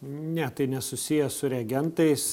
ne tai nesusiję su reagentais